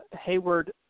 Hayward